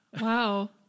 wow